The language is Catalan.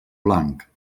blanc